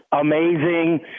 amazing